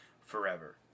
forever